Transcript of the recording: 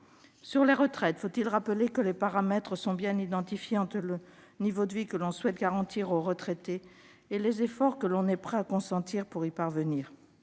Sur les retraites, faut-il rappeler que les paramètres sont bien identifiés entre le niveau de vie que l'on souhaite garantir aux retraités et les efforts que l'on est prêt à consentir pour y parvenir ?